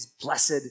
blessed